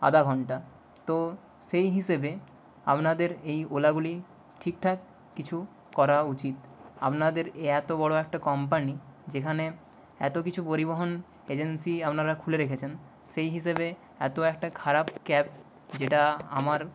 আধা ঘন্টা তো সেই হিসেবে আপনাদের এই ওলাগুলি ঠিকঠাক কিছু করা উচিত আপনাদের এই এত বড়ো একটা কম্পানি যেখানে এত কিছু পরিবহণ এজেন্সি আপনারা খুলে রেখেছেন সেই হিসেবে এত একটা খারাপ ক্যাব যেটা আমার